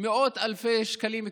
קנסות במאות אלפי שקלים.